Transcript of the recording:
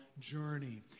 journey